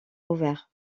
ouverts